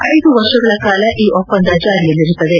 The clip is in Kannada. ಐದು ವರ್ಷಗಳ ಕಾಲ ಈ ಒಪ್ಪಂದ ಜಾರಿಯಲ್ಲಿರುತ್ತದೆ